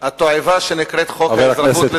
התועבה שנקראת חוק האזרחות,